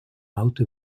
auto